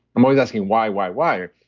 i'm always asking, why, why, why?